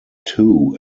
two